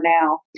now